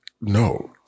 no